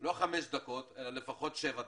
לא חמש דקות, אלא לפחות שבע דקות,